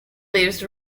leaves